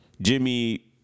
Jimmy